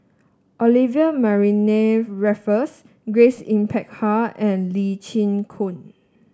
Olivia Mariamne Raffles Grace Yin Peck Ha and Lee Chin Koon